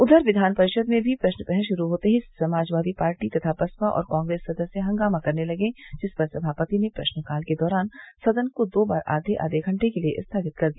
उधर विधान परिषद में भी प्रश्नप्रहर शुरू होते ही समाजवादी पार्टी तथा बसपा और कांग्रेस सदस्य हंगामा करने लगे जिस पर सभापति ने प्रश्नकाल के दौरान सदन को दो बार आधे आघे घंटे के लिये स्थगित कर दिया